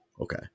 okay